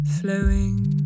Flowing